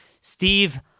Steve